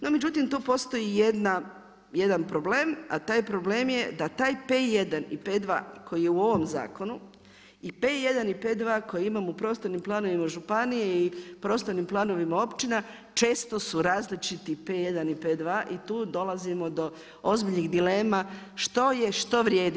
No međutim tu postoji jedan problem, a taj problem je da taj P1 i P2 koji je u ovom zakonu i P1 i P2 koji imamo u prostornim planovima županije i prostornim planovima općina često su različiti P1 i P2 i tu dolazimo do ozbiljnih dilema što je što vrijedi.